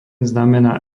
znamená